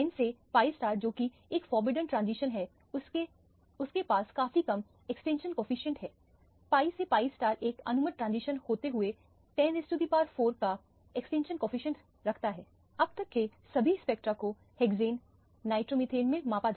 n से pi जोकि एक फोरबिडेन ट्रांजिशन है उसके पास काफी कम एक्सटिंक्शन कफिशिएंट है pi से pi एक अनुमत ट्रांजिशन होते हुए 10 का एक्सटिंक्शन कफिशिएंट रखता